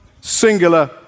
singular